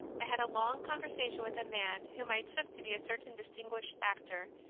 i had a long conversation with a man whom i took to be a certain distinguished actor,